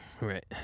Right